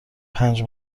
پنج